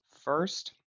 First